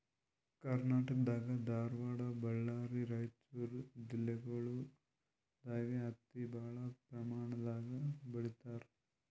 ಕರ್ನಾಟಕ್ ದಾಗ್ ಧಾರವಾಡ್ ಬಳ್ಳಾರಿ ರೈಚೂರ್ ಜಿಲ್ಲೆಗೊಳ್ ದಾಗ್ ಹತ್ತಿ ಭಾಳ್ ಪ್ರಮಾಣ್ ದಾಗ್ ಬೆಳೀತಾರ್